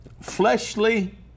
Fleshly